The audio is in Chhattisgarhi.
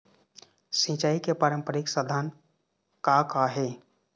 सिचाई के पारंपरिक साधन का का हे?